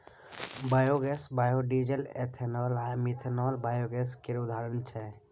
biogas, biodiesel, ethanol आ methanol biogas केर उदाहरण छै